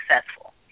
successful